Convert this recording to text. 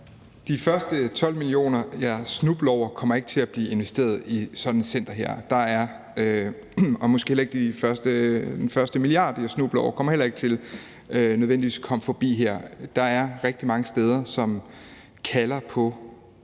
De første 12 millioner, jeg snubler over, kommer ikke til at blive investeret i sådan et center her, og den første milliard, jeg snubler over, kommer nødvendigvis heller ikke til at komme forbi her. Der er rigtig mange steder, som kalder på